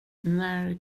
när